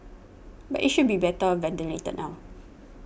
but it should be better ventilated now